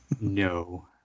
no